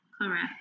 Correct